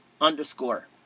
underscore